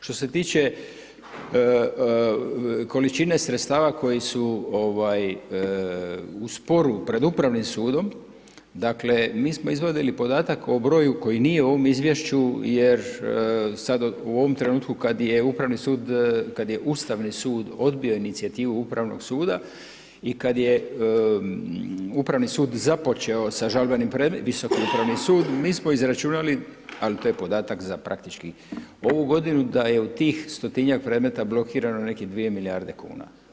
Što se tiče količine sredstava koji su ovaj u sporu pred Upravnim sudom, dakle mi smo izvadili podatak o broju koji nije u ovom izvješću, jer sad u ovom trenutku kad je Upravni sud, kad je Ustavni sud odbio inicijativu Upravnog suda i kad je Upravni sud započeo sa žalbenim, Visoki upravni sud, mi smo izračunali al to je podatak za praktički ovu godinu, da je u tih 100-tinjak predmeta blokirano nekih 2 milijarde kuna.